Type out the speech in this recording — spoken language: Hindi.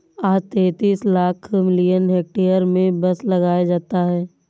आज तैंतीस लाख मिलियन हेक्टेयर में बांस लगाया जाता है